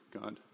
God